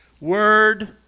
Word